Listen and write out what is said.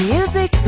Music